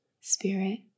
spirit